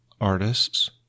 artists